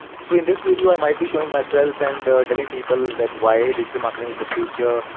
so in this video i might be showing myself and telling people that why digital marketing is the future,